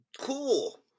cool